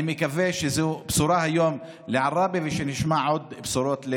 אני מקווה שזו בשורה היום לעראבה ושנשמע עוד בשורות,